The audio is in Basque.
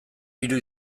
hiru